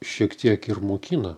šiek tiek ir mokina